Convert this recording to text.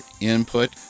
input